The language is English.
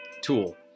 tool